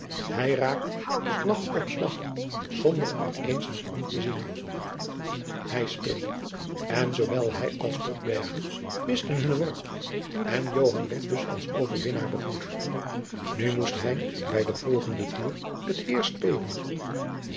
hij raakt slag op slag zonder er eens naar om te zien hij speelde en zoowel hij als botbergen misten hunnen worp en joan werd dus als overwinnaar begroet nu moest hij bij den volgenden toer het eerst spelen